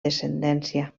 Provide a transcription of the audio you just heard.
descendència